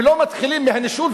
ולא מתחילים מהנישול,